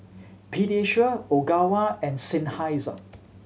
Pediasure Ogawa and Seinheiser